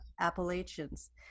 Appalachians